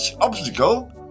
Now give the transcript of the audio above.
obstacle